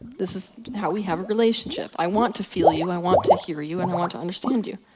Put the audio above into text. this is how we have a relationship. i want to feel you, i want to hear you and i want to understand you.